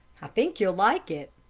i think you'll like it.